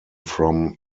from